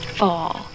fall